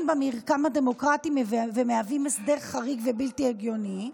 במרקם הדמוקרטי ומהוות הסדר חריג ובלתי הגיוני.